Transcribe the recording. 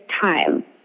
time